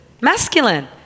Masculine